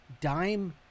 dime